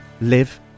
live